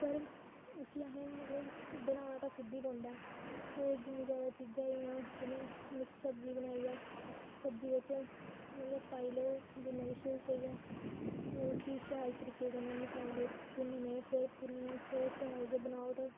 पर उसी असें मतलब बनाना ई ते खुद गै पौंदा होर जि'न्नी जादा चीजां होइयां जि'यां मिक्स सब्जी बनाइयै सब्जी बिच मतलब पाई लैओ जि'न्ना किश होई सकदा होर इसी शैल तरीके कन्नै मसाले भुनन्ने फिर भुन्नियै फिर शैल गै बनाओ ते